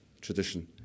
tradition